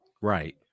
Right